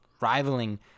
rivaling